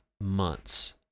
months